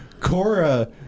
Cora